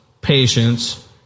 patience